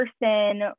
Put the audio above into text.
person